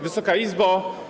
Wysoka Izbo!